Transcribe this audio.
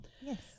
Yes